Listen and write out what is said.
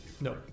No